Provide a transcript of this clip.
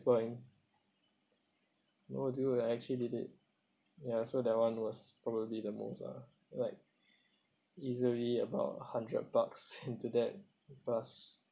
paper and no dude I actually did it ya so that [one] was probably the most ah like easily about hundred bucks into that plus